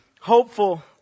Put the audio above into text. hopeful